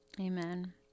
Amen